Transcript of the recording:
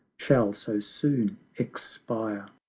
shall so soon expire.